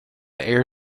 air